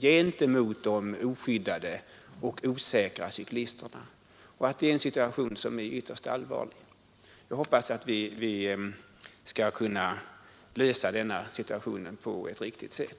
gentemot de oskyddade och osäkra cyklisterna. Det är en ytterst allvarlig situation, och jag hoppas att vi skall kunna finna en riktig lösning.